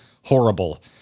horrible